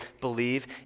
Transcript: believe